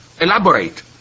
elaborate